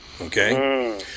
Okay